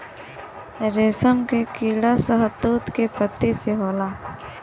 रेशम के कीड़ा शहतूत के पत्ती पे होला